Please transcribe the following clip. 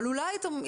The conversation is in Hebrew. אבל אולי אתם,